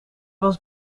was